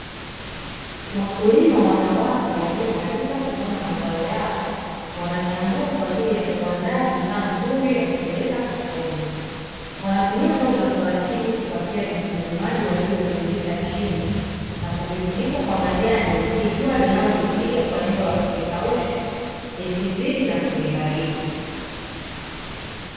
Wakulima wanawake waliomaliza kuvuna mazao yao wanachambua kwa ajili ya kuandaa bidhaa nzuri ya kupeleka sokoni; wanatumia ndoo za plastiki kupakia vitunguu maji walivyovirundika chini na kufivunika kwa majani ili jua linalovipiga kwa lengo la kuvikausha lisizidi na kuviharibu.